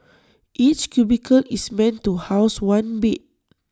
each cubicle is meant to house one bed